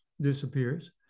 disappears